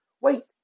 Wait